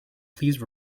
please